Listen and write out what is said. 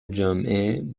جمعه